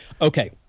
okay